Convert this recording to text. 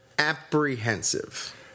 apprehensive